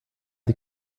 die